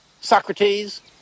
Socrates